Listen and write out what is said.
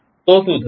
તો શું થશે